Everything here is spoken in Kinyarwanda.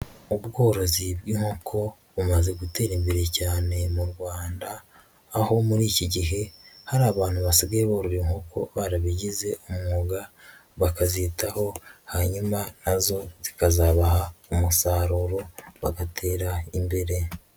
Ubworozi bw'inkoko bumaze gutera imbere cyane mu Rwanda, aho muri iki gihe hari abantu basigaye borora inkoko barabigize umwuga, bakazitaho hanyuma na zo zikazabaha umusaruro bagatera imbere.